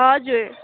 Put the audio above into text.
हजुर